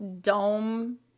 dome